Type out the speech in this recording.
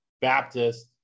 Baptist